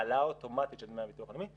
העלאה אוטומטית של דמי הביטוח הלאומי,